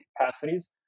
capacities